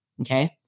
Okay